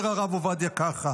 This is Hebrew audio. אומר הרב עובדיה ככה